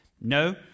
No